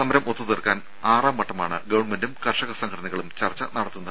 സമരം ഒത്തു തീർക്കാൻ ആറാം വട്ടമാണ് ഗവൺമെന്റും കർഷക സംഘടനകളും ചർച്ച നടത്തുന്നത്